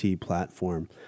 platform